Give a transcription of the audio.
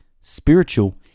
spiritual